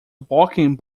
walking